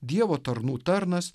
dievo tarnų tarnas